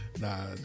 Nah